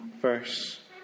Verse